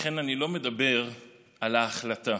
לכן אני לא מדבר על ההחלטה